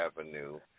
Avenue